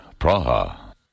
Praha